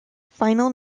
final